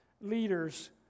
leaders